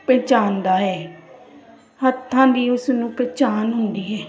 ਪਹਿਚਾਣਦਾ ਹੈ ਹੱਥਾਂ ਦੀ ਉਸ ਨੂੰ ਪਹਿਚਾਣ ਹੁੰਦੀ ਹੈ